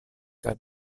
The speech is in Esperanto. kaj